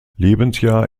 lebensjahr